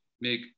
make